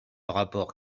rapport